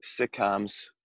sitcoms